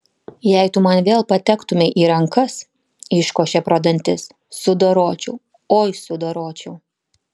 jei tu man vėl patektumei į rankas iškošė pro dantis sudoročiau oi sudoročiau